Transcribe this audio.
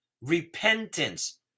repentance